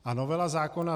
A novela zákona č.